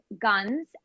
guns